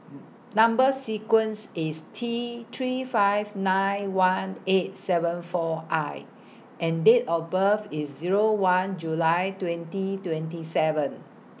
Number sequence IS T three five nine one eight seven four I and Date of birth IS Zero one July twenty twenty seven